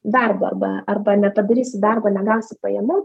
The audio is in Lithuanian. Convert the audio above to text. darbo arba arba nepadarysi darbo negausi pajamų